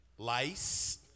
lice